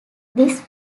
this